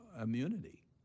immunity